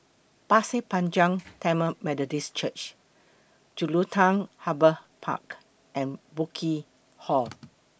Pasir Panjang Tamil Methodist Church Jelutung Harbour Park and Burkill Hall